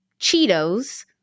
Cheetos